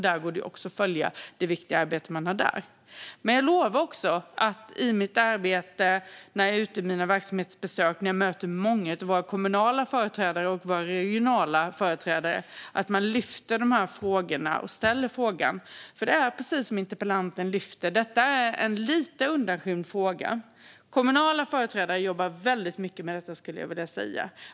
Där går det också att följa detta viktiga arbete. Men jag lovar också att jag i mitt arbete när jag är ute på mina verksamhetsbesök och möter många av våra kommunala och regionala företrädare ska ta upp att man ska lyfta fram dessa frågor. Det är precis som interpellanten lyfter fram, alltså att detta är en lite undanskymd fråga. Kommunala företrädare jobbar väldigt mycket med detta, skulle jag vilja säga.